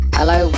Hello